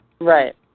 Right